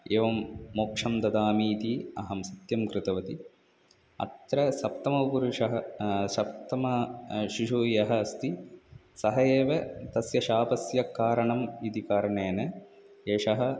एवं मोक्षं ददामि इति अहं सत्यं कृतवती अत्र सप्तमपुरुषः सप्तमः शिशुः यः अस्ति सः एव तस्य शापस्य कारणम् इति कारणेन एषः